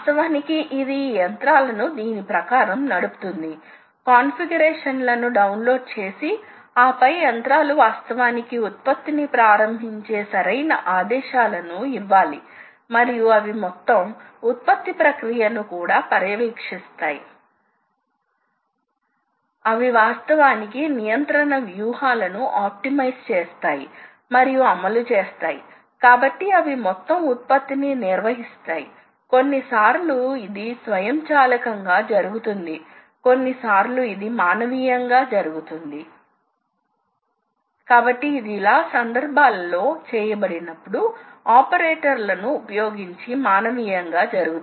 వాస్తవానికి ఈ యంత్రాల గురించి త్వరలో అభివృద్ధి చేయబడి చాలా విషయాలు పొందవలసి ఉందని అర్థం చేసుకోవలసి ఉంది మనం యంత్రాలను గనుక ఖచ్చితం గా నియంత్రించ గలిగితే మీకు డిజిటల్ పద్ధతులను ఉపయోగించడం తెలుసు మరియు చివరకు కంప్యూటర్ ద్వారా ముఖ్యంగా మైక్రోప్రాసెసర్ ల వంటి భాగాల ద్వారా ఇంటర్ఫేస్ చేయవచ్చుకాబట్టి ఈ రకమైన నియంత్రికలు యంత్రం యొక్క చాలా ఖచ్చితమైన నియంత్రణ కు దారి తీస్తాయి ఇది సాధారణం గా మాన్యువల్ ఆపరేటర్ ద్వారా సాధ్యం కాదు